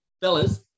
Fellas